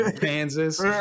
Kansas